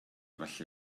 falle